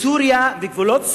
בסוריה, בגבולות סוריה,